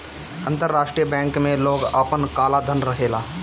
अंतरराष्ट्रीय बैंक में लोग आपन काला धन रखेला